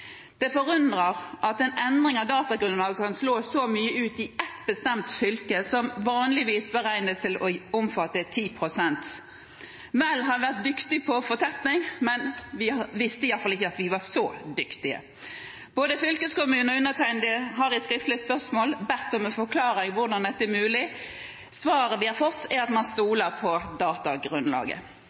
Det forundrer at en endring av datagrunnlaget kan slå så mye ut i ett bestemt fylke, som vanligvis beregnes til å omfatte 10 pst. Vel har en vært dyktig på fortetning, men vi visste ikke at vi var så dyktige. Både fylkeskommune og undertegnede har i skriftlig spørsmål bedt om en forklaring på hvordan dette er mulig. Svaret vi har fått, er at man stoler på datagrunnlaget.